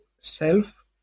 self